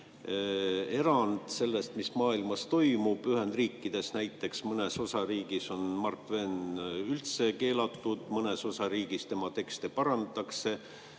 vaadata, mis maailmas toimub. Ühendriikides näiteks mõnes osariigis on Mark Twain üldse keelatud, mõnes osariigis tema tekste parandatakse,